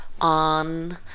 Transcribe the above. on